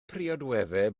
priodweddau